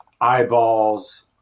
eyeballs